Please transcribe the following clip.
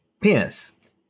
penis